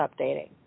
updating